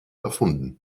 erfunden